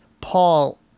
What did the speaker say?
Paul